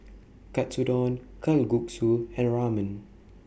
Katsudon Kalguksu and Ramen